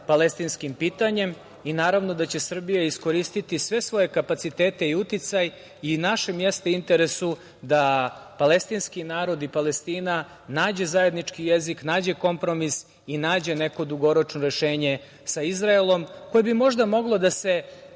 palestinskim pitanjem. Naravno da će Srbija iskoristiti sve svoje kapacitete i uticaj i u našem mestu i interesu, da palestinski narod i Palestina nađe zajednički jezik, nađe kompromis i nađe neko kompromisno rešenje sa Izraelom, koje bi možda moglo da se